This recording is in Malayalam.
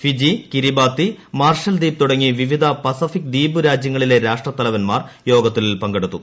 ഫിജി കിരിബാതി മാർഷൽ ദ്വീപ് തുടങ്ങി വിവിധ പസഫിക് ദ്വീപ് രാജ്യങ്ങിലെ രാഷ്ട്രതലവൻമാർ യോഗത്തിൽ പങ്കെടുത്തു